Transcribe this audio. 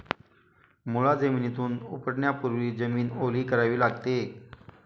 मुळा जमिनीतून उपटण्यापूर्वी जमीन ओली करावी लागते